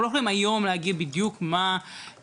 אנחנו לא יכולים היום להגיד בדיוק למה